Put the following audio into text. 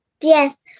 Yes